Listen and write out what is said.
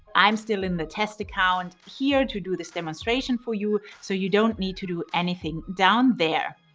i'm still in the test account here to do this demonstration for you so you don't need to do anything down there.